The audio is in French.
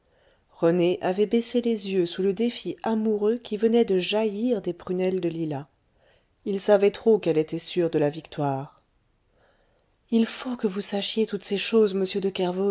rené avait baissé les yeux sous le défi amoureux qui venait de jaillir des prunelles de lila il savait trop qu'elle était sûre de la victoire il faut que vous sachiez toutes ces choses monsieur